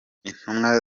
intumwa